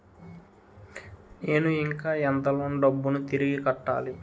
నేను ఇంకా ఎంత లోన్ డబ్బును తిరిగి కట్టాలి?